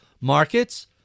markets